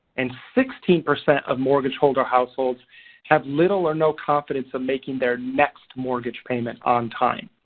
and sixteen percent of mortgage holder households have little or no confidence of making their next mortgage payment on time.